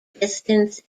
distance